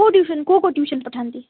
କେଉଁ ଟ୍ୟୁସନ୍ କେଉଁ କୋଚିଂଗ ପଠାନ୍ତି